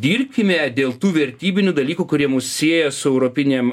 dirbkime dėl tų vertybinių dalykų kurie mus sieja su europinėm